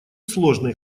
сложный